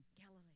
Galilee